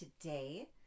today